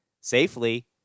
safely